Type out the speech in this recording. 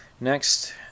Next